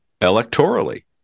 electorally